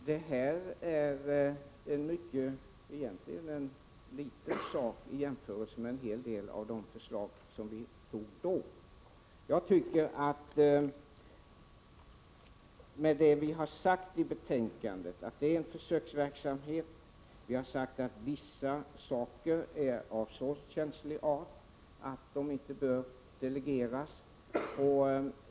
Det vi nu diskuterar är egentligen en liten sak i jämförelse med en hel del av det som vi fattade beslut om då. Vi har sagt i betänkandet att det är en försöksverksamhet och att vissa saker är av så känslig art att de inte bör delegeras.